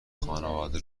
خانواده